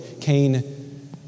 Cain